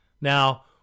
Now